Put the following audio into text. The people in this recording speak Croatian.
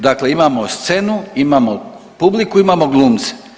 Dakle imamo scenu, imamo publiku, imamo glumce.